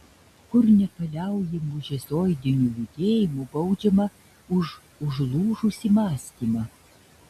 kur nepaliaujamu šizoidiniu judėjimu baudžiama už užlūžusį mąstymą